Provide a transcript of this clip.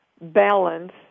balance